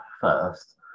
first